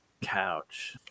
couch